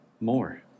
more